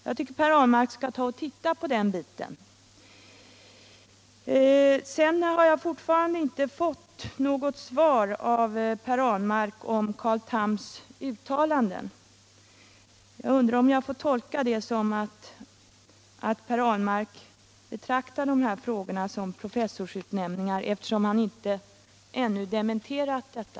Jag tycker att Per Ahlmark skall titta på det förslaget. Fortfarande har jag inte fått något svar av Per Ahlmark om Carl Thams uttalande. Jag undrar om jag får tolka det så att Per Ahlmark betraktar dessa frågor som professorsutnämningar, eftersom han inte ännu har dementerat detta.